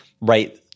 right